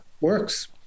works